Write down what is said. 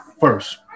first